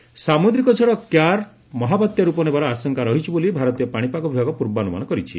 Mumbai cyclone ସାମୁଦ୍ରିକ ଝଡ଼ Kyarr ମହାବାତ୍ୟା ରୂପ ନେବାର ଆଶଙ୍କା ରହିଛି ବୋଲି ଭାରତୀୟ ପାଣିପାଗ ବିଭାଗ ପୂର୍ବାନୁମାନ କରିଛି